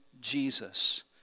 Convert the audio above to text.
Jesus